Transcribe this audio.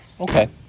Okay